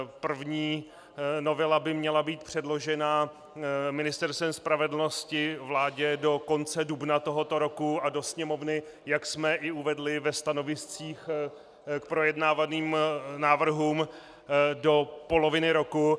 První novela by měla být předložena Ministerstvem spravedlnosti vládě do konce dubna tohoto roku a do Sněmovny, jak jsme i uvedli ve stanoviscích k projednávaným návrhům, do poloviny roku.